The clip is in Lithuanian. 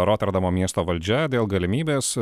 roterdamo miesto valdžia dėl galimybės